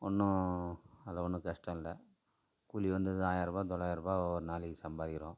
ஒன்றும் அதில் ஒன்றும் கஷ்டம் இல்லை கூலி வந்தது ஆயிரம் ரூபாய் தொள்ளாயிரம் ரூபாய் ஒவ்வொரு நாளைக்கு சம்பாதிக்கிறோம்